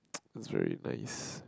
it was very nice